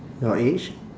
your age